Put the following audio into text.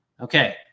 Okay